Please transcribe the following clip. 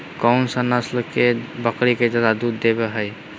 कौन सा नस्ल के बकरी जादे दूध देबो हइ?